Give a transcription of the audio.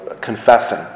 confessing